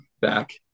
back